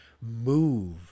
move